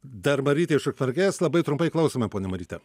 dar marytė iš ukmergės labai trumpai klausome ponia maryte